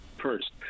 first